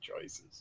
choices